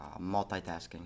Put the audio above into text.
multitasking